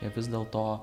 jie vis dėlto